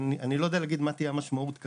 אני לא יודע מה תהיה המשמעות של זה כי